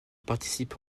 participe